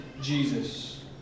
Jesus